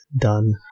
done